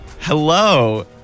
Hello